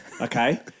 Okay